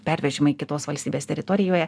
pervežimai kitos valstybės teritorijoje